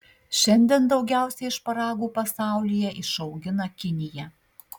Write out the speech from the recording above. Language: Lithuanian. šiandien daugiausiai šparagų pasaulyje išaugina kinija